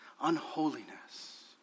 unholiness